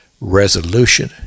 resolution